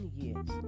years